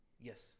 yes